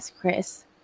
Chris